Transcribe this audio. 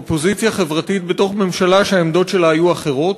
אופוזיציה חברתית בתוך ממשלה שהעמדות שלה היו אחרות,